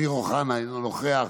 אמיר אוחנה, אינו נוכח,